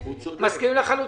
עוד פעם אני אומר, עד לפני חודש